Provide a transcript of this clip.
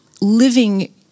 living